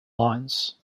lines